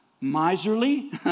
miserly